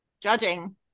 judging